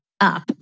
up